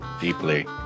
deeply